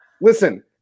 Listen